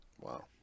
Wow